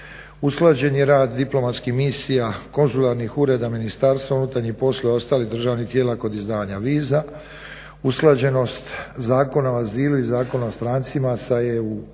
Usklađen je rad diplomatskih misija, konzularnih ureda MUP i ostalih državnih tijela kod izdavanja viza, usklađenost Zakona o azilu i Zakona o strancima sa EU